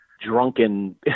drunken